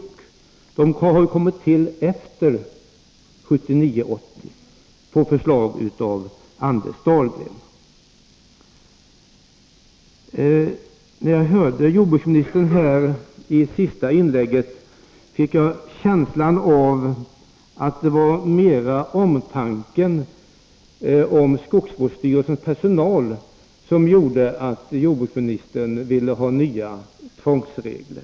Regler om detta har ju kommit till efter 1979/80 på förslag av Anders Dahlgren. När jag lyssnade på jordbruksministerns senaste inlägg fick jag en känsla av att det i första hand är omtanken om skogsvårdsstyrelsens personal som gör att jordbruksministern vill ha nya tvångsregler.